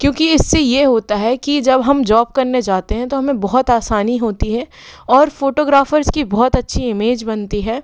क्योंकि इससे ये होता है कि जब हम जॉब करने जाते हैं तो हमें बहुत आसानी होती है और फ़ोटोग्राफ़र्स की बहुत अच्छी इमेज बनती है